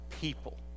people